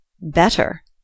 Better